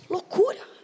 Loucura